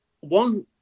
one